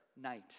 night